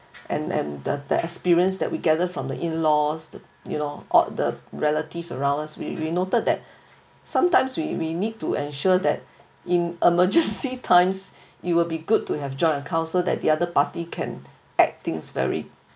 and and the the experience that we gathered from the in laws th~ you know or the relative around us we we noted that sometimes we we need to ensure that in emergency times it will be good to have joint account so that the other party can acting very